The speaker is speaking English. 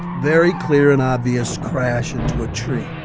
very clear and obvious crash into a tree